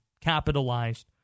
capitalized